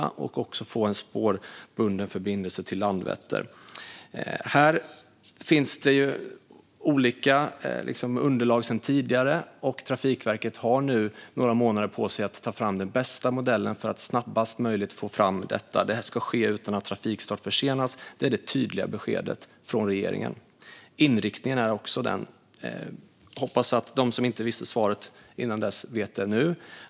Det handlar också om att få en spårbunden förbindelse till Landvetter. Här finns olika underlag sedan tidigare, och Trafikverket har nu några månader på sig att ta fram den bästa modellen för att snabbast möjligt få fram detta. Det här ska ske utan att trafikstart försenas. Det är det tydliga beskedet från regeringen. Inriktningen är också denna, och jag hoppas att de som inte visste vad svaret var tidigare vet det nu.